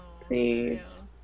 Please